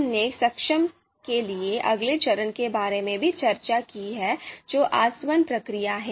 हमने संक्षेप के लिए अगले चरण के बारे में भी चर्चा की है जो आसवन प्रक्रिया है